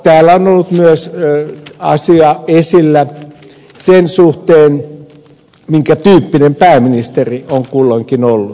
täällä on ollut myös asia esillä sen suhteen minkä tyyppinen pääministeri on kulloinkin ollut